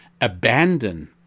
abandon